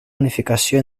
unificació